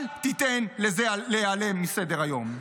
אל תיתן לזה להיעלם מסדר-היום.